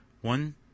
one